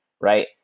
right